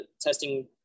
testing